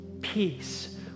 peace